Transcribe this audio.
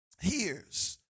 hears